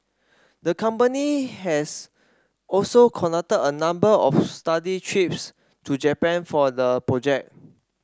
the company has also conducted a number of study trips to Japan for the project